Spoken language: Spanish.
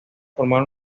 formar